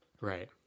Right